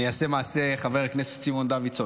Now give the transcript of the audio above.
אני אעשה מעשה חבר הכנסת סימון דוידסון,